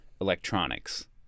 electronics